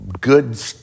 good